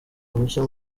ruhushya